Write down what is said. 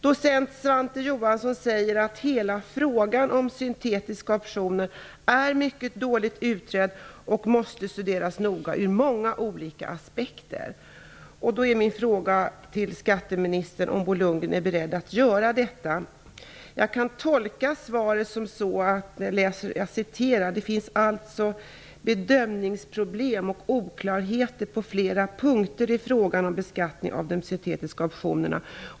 Docent Svante Johansson säger att hela frågan om syntetiska optioner är mycket dåligt utredd och måste studeras noga ur många olika aspekter. Jag undrar om skatteminister Bo Lundgren är beredd att göra detta. Jag citerar ur svaret: ''Det finns alltså bedömningsproblem och oklarheter på flera punkter i fråga om beskattningen av de syntetiska optionerna.''